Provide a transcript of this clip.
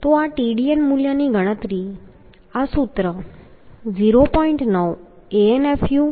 તો આ Tdn મૂલ્યની ગણતરી આ સૂત્ર 0